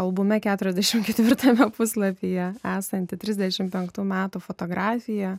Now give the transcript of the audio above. albume keturiasdešimt ketvirtame puslapyje esanti trisdešim penktų metų fotografija